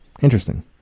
Interesting